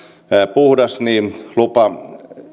puhdas niin lupa